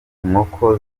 inkoko